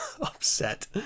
upset